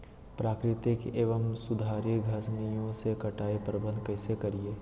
प्राकृतिक एवं सुधरी घासनियों में कटाई प्रबन्ध कैसे करीये?